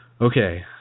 okay